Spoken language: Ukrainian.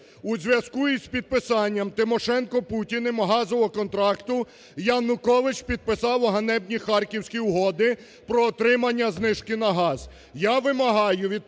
У зв'язку із підписанням Тимошенко і Путіним газового контракту, Янукович підписав ганебні Харківські угоди про отримання знижки на газ.